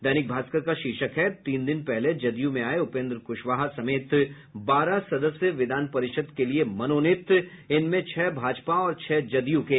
दैनिक भास्कर का शीर्षक है तीन दिन पहले जदयू में आये उपेन्द्र कुशवहा समेत बारह सदस्य विधान परिषद के लिए मनोनीत इनमें छह भाजपा और छह जदयू के